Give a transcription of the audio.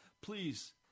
please